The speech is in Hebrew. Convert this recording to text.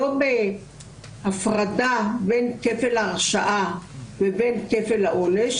לא בהפרדה בין כפל הרשעה לבין כפל העונש,